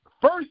first